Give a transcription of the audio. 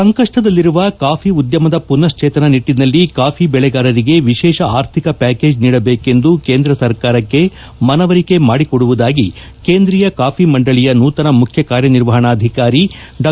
ಸಂಕಷ್ಷದಲ್ಲಿರುವ coffee ಉದ್ದಮದ ಮನಶ್ಚೇತನ ನಿಟ್ಟನಲ್ಲಿ ಕಾಫಿ ಬೆಳೆಗಾರರಿಗೆ ವಿಶೇಷ ಆರ್ಥಿಕ ಪ್ಯಾಕೇಜ್ ನೀಡಬೇಕೆಂದು ಕೇಂದ್ರ ಸರ್ಕಾರಕ್ಕೆ ಮನವರಿಕೆ ಮಾಡಿಕೊಡುವುದಾಗಿ ಕೇಂದ್ರೀಯ ಕಾಫಿ ಮಂಡಳಿಯ ನೂತನ ಮುಖ್ಯ ಕಾರ್ಯನಿರ್ವಹಣಾಧಿಕಾರಿ ಡಾ